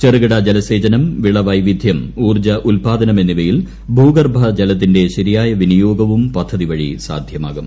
ചെറുകിട ജലസേചനം വിളപ്പ്പെപ്പിധ്യം ഊർജ്ജ ഉത്പാദനം എന്നിവയിൽ ഭൂഗർഭജലത്തിന്റെ ശരിയ്ക്ക് പ്രീനിയോഗവും പദ്ധതി വഴി സാധ്യമാകും